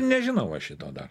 nežinau va šito dar